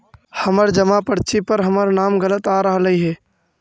हमर जमा पर्ची पर हमर नाम गलत आ रहलइ हे